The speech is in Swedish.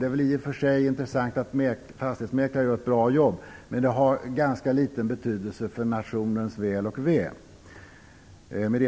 Det är väl i och för sig intressant att fastighetsmäklarna gör ett bra jobb, men det har ganska liten betydelse för nationens väl och ve.